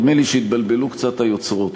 נראה לי שהתבלבלו קצת היוצרות.